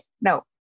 no